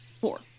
Four